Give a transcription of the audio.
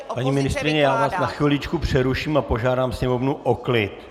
Paní ministryně, já vás na chviličku přeruším a požádám Sněmovnu o klid.